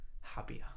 happier